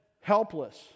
helpless